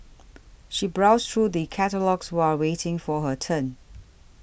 she browsed through the catalogues while waiting for her turn